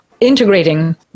integrating